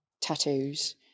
tattoos